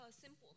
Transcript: simple